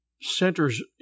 centers